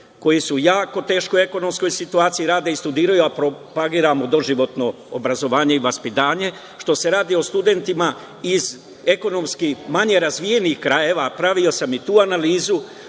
koji su u jako teškoj ekonomskoj situaciji, rade i studiraju, a propagiramo doživotno obrazovanje i vaspitanje, što se radi o studentima iz ekonomskih manjih razvijenih krajeva, pravio sam i tu analizu,